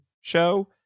show